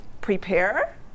prepare